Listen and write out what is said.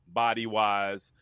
body-wise